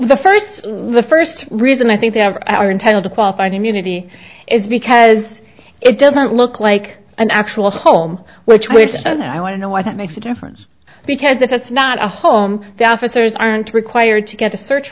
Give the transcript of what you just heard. the first the first reason i think they have our entitled to qualified immunity is because it doesn't look like an actual home which we said i want to know why that makes a difference because if it's not a home office those aren't required to get a search